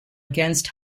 against